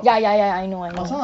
ya ya ya I know I know